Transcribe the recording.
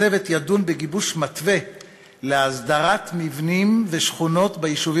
הצוות ידון בגיבוש מתווה להסדרת מבנים ושכונות ביישובים